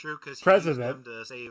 president